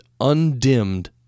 undimmed